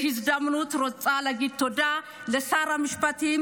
בהזדמנות זו אני רוצה להגיד תודה לשר המשפטים